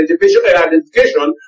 identification